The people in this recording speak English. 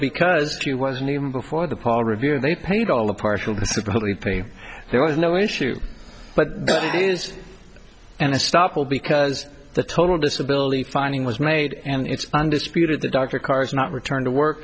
because you wasn't even before the paul revere they paid all the partial disability pay there was no issue but it is and stop all because the total disability finding was made and it's undisputed the doctor cars not return to work